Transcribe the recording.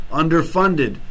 underfunded